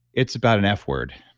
it's about an f word,